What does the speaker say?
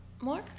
more